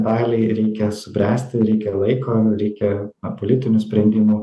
daliai reikia subręsti reikia laiko reikia politinių sprendimų